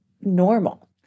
normal